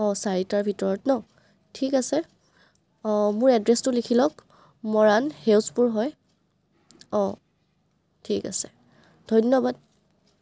অঁ চাৰিটাৰ ভিতৰত ন ঠিক আছে অঁ মোৰ এড্ৰেছটো লিখি লওক মৰাণ সেউজপুৰ হয় অঁ ঠিক আছে ধন্যবাদ